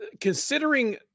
Considering